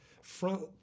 front